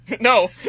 No